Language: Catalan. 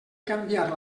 canviar